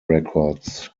records